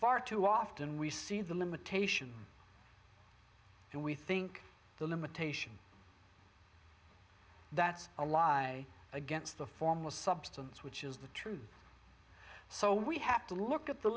far too often we see the limitations and we think the limitation that's a lie against the former substance which is the true so we have to look at the